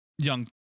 young